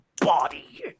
body